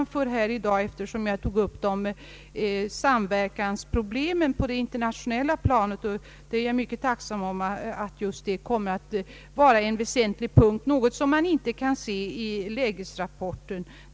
Jag är tacksam för vad han här i dag redovisat, eftersom jag tagit upp frågan om samverkansproblemen på det internationella planet och glad för att det kommer att bli en väsentlig punkt, vilket man inte kan se någonting om 1 lägesrapporten.